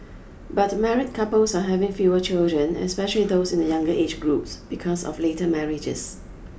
but married couples are having fewer children especially those in the younger age groups because of later marriages